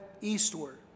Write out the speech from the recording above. eastward